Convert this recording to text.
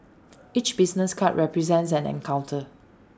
each business card represents an encounter